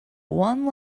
one